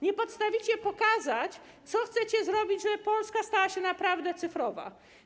Nie potraficie pokazać, co chcecie zrobić, żeby Polska stała się naprawdę cyfrowa.